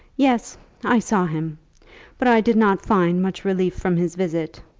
yes i saw him but i did not find much relief from his visit.